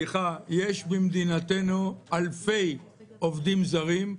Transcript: יש במדינתנו אלפי עובדים זרים,